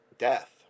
death